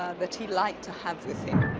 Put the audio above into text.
that he liked to have with him.